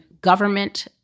government